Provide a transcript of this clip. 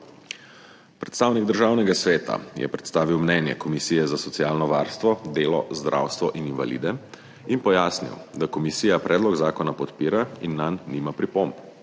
Predstavnik Državnega sveta je predstavil mnenje Komisije za socialno varstvo, delo, zdravstvo in invalide in pojasnil, da komisija predlog zakona podpira in nanj nima pripomb.